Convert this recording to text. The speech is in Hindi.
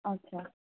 अच्छा